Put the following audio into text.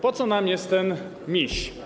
Po co nam jest ten miś?